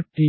కాబట్టి